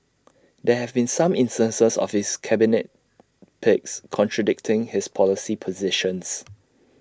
there have been some instances of his cabinet picks contradicting his policy positions